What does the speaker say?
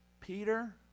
Peter